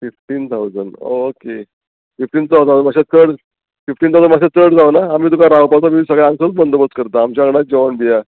fifteen thousand okay fifteen thousand मातशें चड fifteen thousand मातशें चड जावना आमी तुका रावपाचो बी सगळ्यांकचो बंदोबसंत करता आमच्या वांगडा जेवण दिवया